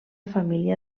família